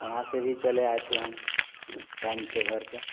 वहाँ से भी चले आए थे हम टैम से घर पे